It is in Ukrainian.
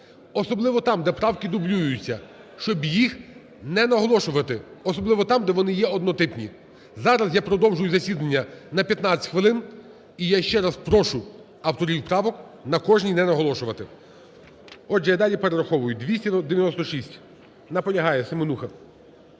Особливо там, де правки дублюються, щоб їх не наголошувати, особливо там, де вони є однотипні. Зараз я продовжую засідання на 15 хвилин, і я ще раз прошу авторів правок на кожній не наголошувати. Отже я далі перераховую. 296. Наполягає. Семенуха.